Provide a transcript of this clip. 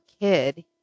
kid